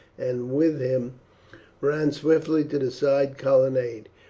and with him ran swiftly to the side colonnade,